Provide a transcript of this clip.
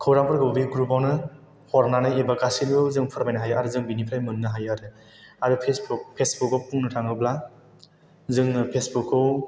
खौरांफोरखौ बे ग्रुप आवनो हरनानै एबा गासैबो जों फोरमायनो हायो आरो जों बेनिफ्राय मोननो हायो आरो आरो फेसबुक फेसबुक खौ बुंनो थाङोब्ला जोङो फेसबुक खौ